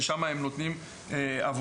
ושם הם נותנים עבודה.